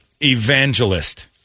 evangelist